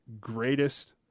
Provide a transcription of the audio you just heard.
greatest